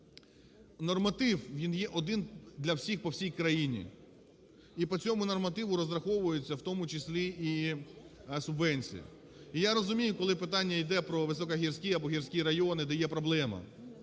Норматив, він є один для всіх по всій країні і по цьому нормативу розраховується, в тому числі, і субвенція. І я розумію, коли питання йде про високогірські або гірські райони, де є проблема